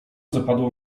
zapadło